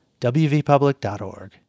wvpublic.org